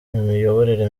imiyoborere